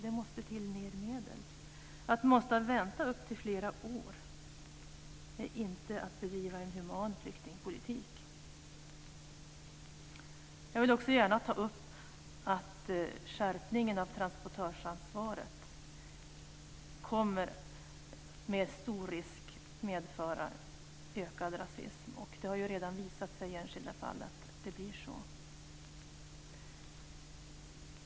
Det måste till ytterligare medel. Att låta de asylsökande vänta i flera år är inte att bedriva en human flyktingpolitik. Jag vill också ta upp att skärpningen av transportörsansvaret med stor risk kommer att medföra ökad rasism, och det har redan visat sig i enskilda fall att det har blivit så.